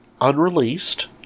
unreleased